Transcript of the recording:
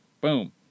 Boom